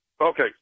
Okay